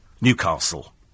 Newcastle